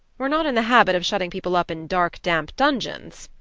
we're not in the habit of shutting people up in dark damp dungeons,